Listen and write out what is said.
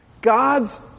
God's